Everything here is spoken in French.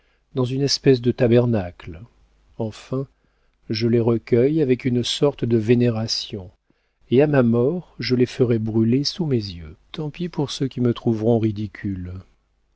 dans une espèce de tabernacle enfin je les recueille avec une sorte de vénération et à ma mort je les ferai brûler sous mes yeux tant pis pour ceux qui me trouveront ridicule